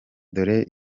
dore